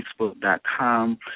facebook.com